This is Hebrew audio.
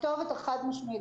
הכתובת היא חד-משמעית.